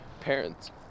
parents